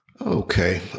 Okay